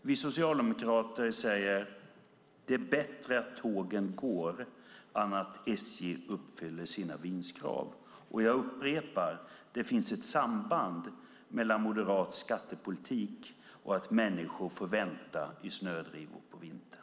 Vi socialdemokrater säger: Det är bättre att tågen går än att SJ uppfyller sina vinstkrav. Jag upprepar att det finns ett samband mellan moderat skattepolitik och att människor får vänta i snödrivor på vintern.